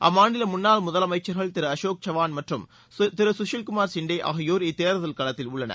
அம்மாநில முன்னாள் முதலமைச்சர்கள் திரு அசோக் சவான் மற்றும் திரு சுஷில்குமார் ஷிண்டே ஆகியோர் இத்தேர்தலில் களத்தில் உள்ளனர்